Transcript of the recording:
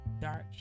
dark